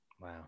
Wow